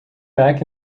back